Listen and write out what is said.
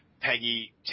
Peggy